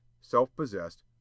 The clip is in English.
self-possessed